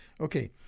Okay